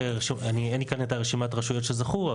אין לי כאן את רשימת הרשויות שזכו,